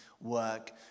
work